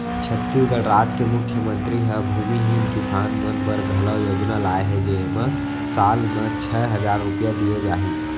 छत्तीसगढ़ राज के मुख्यमंतरी ह भूमिहीन किसान मन बर घलौ योजना लाए हे जेमा साल म छै हजार रूपिया दिये जाही